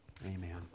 Amen